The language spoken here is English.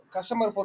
Customer